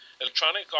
Electronic